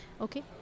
okay